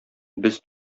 без